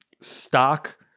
stock